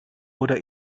oder